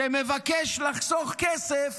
שמבקש לחסוך כסף